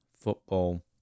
Football